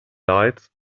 lights